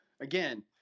again